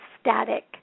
static